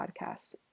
podcast